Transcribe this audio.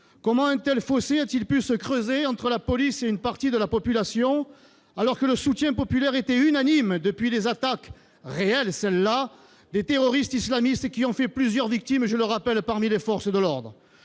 Comment un tel fossé a-t-il pu se creuser entre la police et une partie de la population, alors que le soutien populaire était unanime depuis les attaques, réelles celles-là, des terroristes islamistes qui ont fait plusieurs victimes, je le rappelle, parmi les forces de l'ordre ?